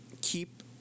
keep